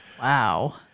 Wow